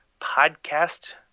podcast